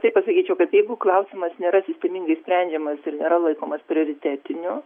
taip pasakyčiau kad jeigu klausimas nėra sistemingai sprendžiamas ir nėra laikomas prioritetiniu